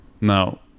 Now